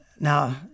Now